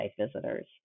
visitors